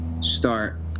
start